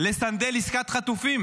לסנדל עסקת חטופים,